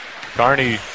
Carney